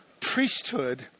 priesthood